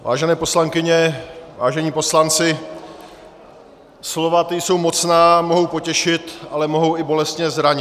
Vážené poslankyně, vážení poslanci, slova, ta jsou mocná, mohou potěšit, ale mohou i bolestně zranit.